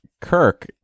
Kirk